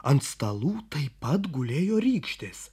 ant stalų taip pat gulėjo rykštės